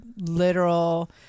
literal